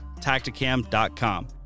Tacticam.com